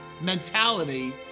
Mentality